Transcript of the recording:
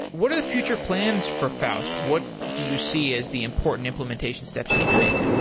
what are the future plans for faust? what do you see as the important implementation steps you need to make?